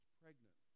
pregnant